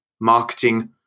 marketing